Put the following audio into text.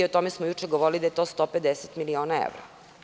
O tome smo juče govorili, da je to 150 miliona evra.